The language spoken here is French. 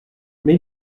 mais